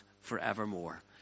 forevermore